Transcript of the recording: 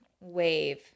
wave